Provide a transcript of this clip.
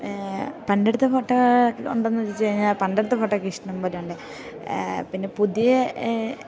പണ്ടെടുത്ത photo ഉണ്ടോയെന്നു ചോദിച്ചു കഴിഞ്ഞാൽ പണ്ടെടുത്ത ഫോട്ടോ ഒക്കെ ഇഷ്ടം പോലെയുണ്ട് പിന്നെ പുതിയ